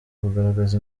kugaragaza